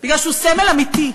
כי הוא סמל אמיתי.